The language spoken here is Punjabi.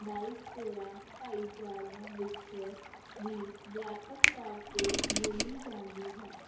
ਡਾਈਸਪੋਰਾ ਭਾਈਚਾਰਿਆਂ ਵਿੱਚ ਵੀ ਵਿਆਪਕ ਤੌਰ 'ਤੇ ਬੋਲੀ ਜਾਂਦੀ ਹੈ